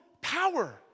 power